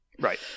right